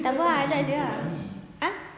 takpe ah ajak jer ah ah